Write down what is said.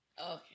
Okay